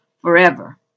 forever